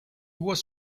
was